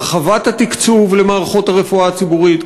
הרחבת התקצוב למערכות הרפואה הציבורית,